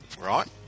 Right